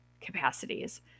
capacities